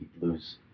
lose